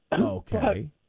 okay